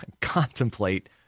contemplate